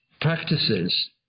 practices